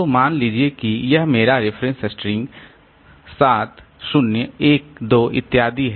तो मान लीजिए कि यह मेरा रेफरेंस स्ट्रिंग 7 0 1 2 इत्यादि है